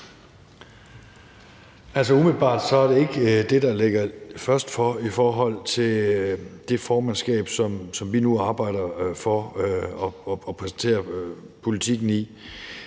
Umiddelbart er det ikke det, der ligger først for i forhold til det formandskab, som vi nu arbejder for at præsentere politikken i.